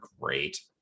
great